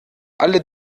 alle